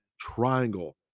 Triangle